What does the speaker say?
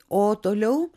o toliau